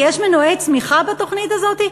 יש מנועי צמיחה בתוכנית הזאת,